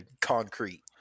concrete